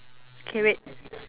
okay wait